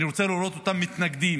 אני רוצה לראות אותם מתנגדים